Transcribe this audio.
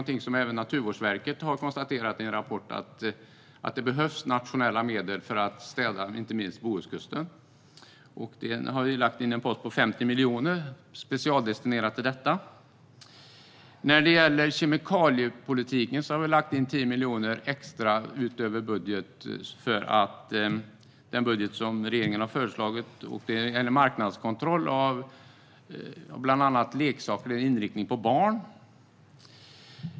Även Naturvårdsverket har konstaterat i en rapport att det behövs nationella medel för att städa inte minst Bohuskusten, och vi har lagt en pott om 50 miljoner som är specialdestinerad för detta. När det gäller kemikaliepolitiken har vi lagt 10 miljoner extra, utöver regeringens budget, med inriktning på barn, till exempel marknadskontroll av bland annat leksaker.